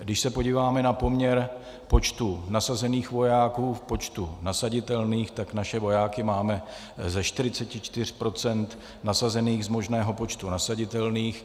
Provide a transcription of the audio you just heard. Když se podíváme na poměr počtu nasazených vojáků k počtu nasaditelných, tak naše vojáky máme ze 44 % nasazených z možného počtu nasaditelných.